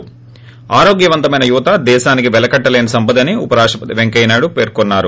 ి ఆరోగ్యవంతమైన యువత దేశానికి పెలకట్టలేని సంపద అని ఉపరాష్టపతి పెంకయ్యనాయుడు పేర్కొన్నారు